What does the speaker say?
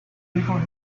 before